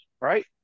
right